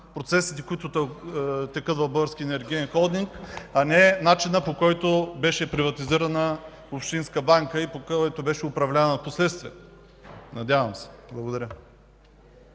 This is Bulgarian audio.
процесите, които текат в Българския енергиен холдинг, а не начина, по който беше приватизирана Общинска банка и по който беше управлявана впоследствие. Надявам се. Благодаря.